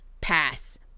pass